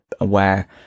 aware